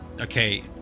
Okay